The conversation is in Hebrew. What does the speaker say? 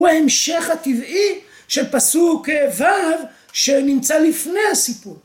הוא ההמשך הטבעי של פסוק ו', שנמצא לפני הסיפור.